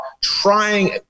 trying